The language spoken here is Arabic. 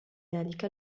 ذلك